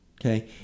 Okay